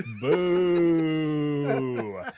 boo